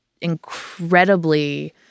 incredibly